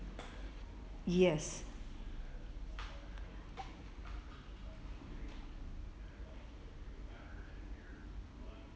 yes